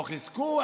או חיזקו,